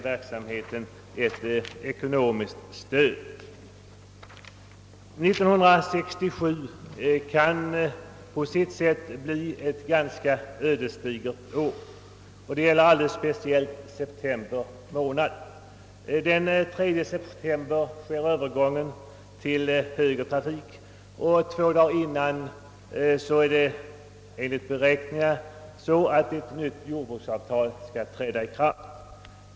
År 1967 kan på sitt sätt bli ett ödesdigert år. Detta gäller alldeles speciellt september månad. Den 3 september genomföres övergången till högertrafik, och två dagar dessförinnan, den 1 september, träder ett nytt jordbruksavtal i kraft.